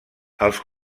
els